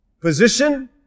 position